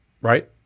right